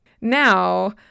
Now